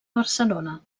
barcelona